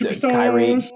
Kyrie